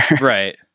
Right